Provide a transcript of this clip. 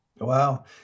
Wow